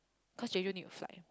Jeju need to fly